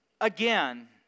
Again